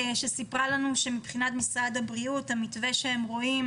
שספרה לנו שמבחינת משרד הבריאות המתווה שרואים